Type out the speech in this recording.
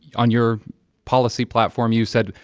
on your policy platform, you said,